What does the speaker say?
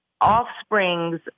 offsprings